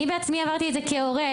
אני בעצמי עברתי את זה כהורה.